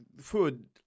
food